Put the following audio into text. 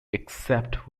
except